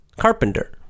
carpenter